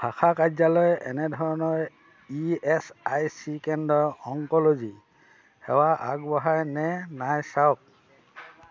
শাখা কাৰ্যালয় এনে ধৰণৰ ই এচ আই চি কেন্দ্ৰই অংক'লজি সেৱা আগবঢ়াই নে নাই চাওক